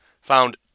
found